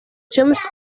james